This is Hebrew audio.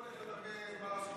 אני גם מציע המשך דיון כי,